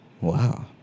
Wow